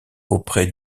auprès